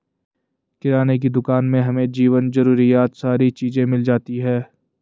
किराने की दुकान में हमें जीवन जरूरियात सारी चीज़े मिल जाती है